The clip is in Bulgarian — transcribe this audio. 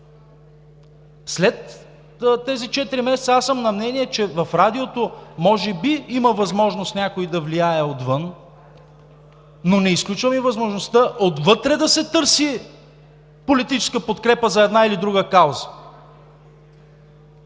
след тези четири месеца аз съм на мнение, че в Радиото може би има възможност някой отвън да влияе, но не изключвам и възможността отвътре да се търси политическа подкрепа за една или друга кауза.